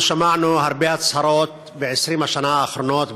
אנחנו שמענו הרבה הצהרות ב-20 השנה האחרונות,